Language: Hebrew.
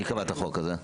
מי קבע את החוק הזה?